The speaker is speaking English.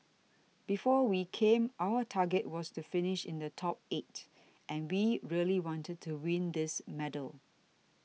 before we came our target was to finish in the top eight and we really wanted to win this medal